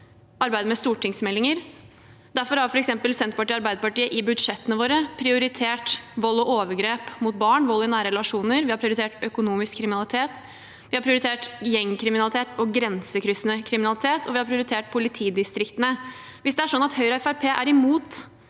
arbeidet med stortingsmeldinger. Derfor har f.eks. Senterpartiet og Arbeiderpartiet i budsjettene våre prioritert arbeidet med vold og overgrep mot barn og vold i nære relasjoner. Vi har prioritert økonomisk kriminalitet, vi har prioritert gjengkriminalitet og grensekryssende kriminalitet, og vi har prioritert politidistriktene. Hvis Høyre og Fremskrittspartiet er imot